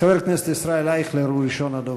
חבר הכנסת ישראל אייכלר הוא ראשון הדוברים.